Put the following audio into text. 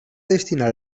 destinar